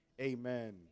Amen